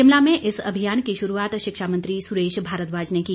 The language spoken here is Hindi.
शिमला में इस अभियान की शुरूआत शिक्षा मंत्री सुरेश भारद्वाज ने की